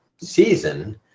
season